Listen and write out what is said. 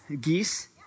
geese